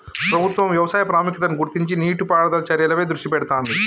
ప్రభుత్వం వ్యవసాయ ప్రాముఖ్యతను గుర్తించి నీటి పారుదల చర్యలపై దృష్టి పెడుతాంది